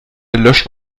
löscht